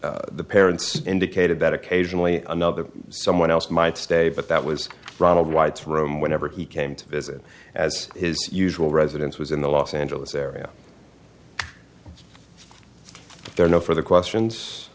specifically the parents indicated that occasionally another someone else might stay but that was ronald white's room whenever he came to visit as his usual residence was in the los angeles area there are no further questions